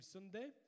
Sunday